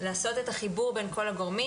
לעשות את החיבור בין כל הגורמים,